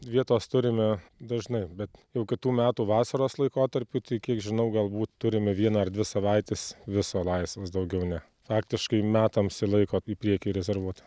vietos turime dažnai bet jau kitų metų vasaros laikotarpiui tai kiek žinau galbūt turime vieną ar dvi savaites viso laisvas daugiau ne faktiškai metams laiko į priekį rezervuota